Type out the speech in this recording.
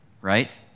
right